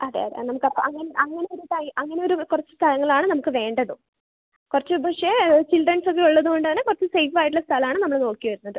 അതെ അതെ അങ്ങനത്തെ അങ്ങനെ അങ്ങനെയൊരു അങ്ങനെയൊരു കുറച്ച് കാര്യങ്ങളാണ് നമുക്ക് വേണ്ടതും കുറച്ച് പക്ഷേ ചിൽഡ്രൻസ് ഒക്കെ ഉള്ളതുകൊണ്ടാണ് കുറച്ച് സേഫ് ആയിട്ടുള്ള സ്ഥലമാണ് നമ്മൾ നോക്കി വരുന്നത്